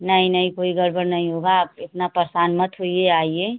नहीं नहीं कोई गड़बड़ नहीं होगा आप इतना परेशान मत होइए आइए